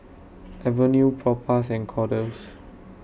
Avene Propass and Kordel's